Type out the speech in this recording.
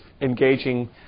engaging